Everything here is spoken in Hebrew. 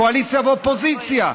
קואליציה ואופוזיציה.